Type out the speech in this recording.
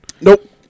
Nope